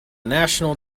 national